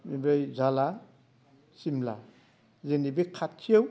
बेनिफ्राय जाला सिमला जोंनि बे खाथियाव